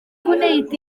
gwneud